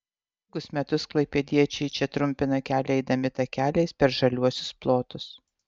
ilgus metus klaipėdiečiai čia trumpina kelią eidami takeliais per žaliuosius plotus